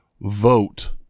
vote